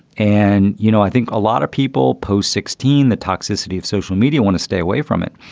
and, you know, i think a lot of people post sixteen. the toxicity of social media want to stay away from it,